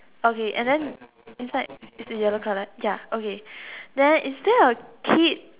okay and then inside is yellow colour ya okay then is there a kid